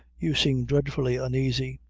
you seem dreadfully uneasy.